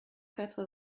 quatre